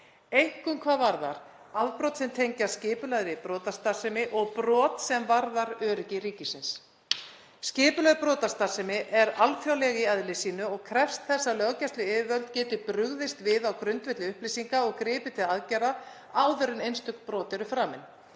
einkum hvað varðar afbrot sem tengjast skipulagðri brotastarfsemi og brot sem varða öryggi ríkisins. Skipulögð brotastarfsemi er alþjóðleg í eðli sínu og krefst þess að löggæsluyfirvöld geti brugðist við á grundvelli upplýsinga og gripið til aðgerða áður en einstök brot eru framin.